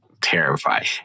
terrified